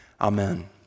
Amen